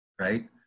right